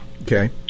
Okay